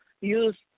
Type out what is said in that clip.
use